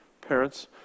parents